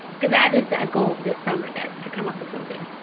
because that is a goal of this summer that to come up with something.